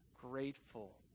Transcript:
grateful